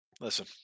Listen